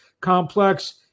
Complex